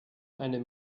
eine